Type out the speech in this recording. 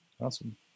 Awesome